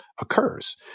occurs